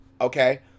okay